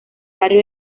barrio